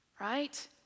Right